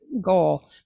goal